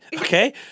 Okay